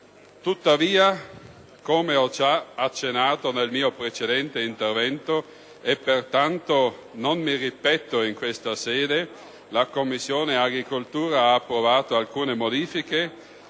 favorevole. Come ho già accennato nel mio precedente intervento - e pertanto non mi ripeto in questa sede - la Commissione agricoltura ha approvato alcune modifiche